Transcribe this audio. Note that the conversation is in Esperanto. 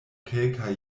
kelkaj